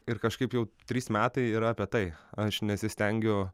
ir kažkaip jau trys metai yra apie tai aš nesistengiu